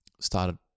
started